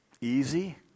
easy